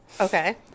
Okay